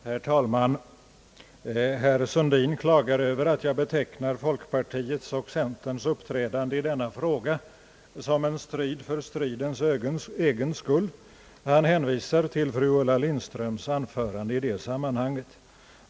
Herr talman! Herr Sundin klagar över att jag betecknar folkpartiets och centerpartiets uppträdande i denna fråga som »en strid för stridens egen skull». Han hänvisar till fru Ulla Lindströms anförande i det sammanhanget.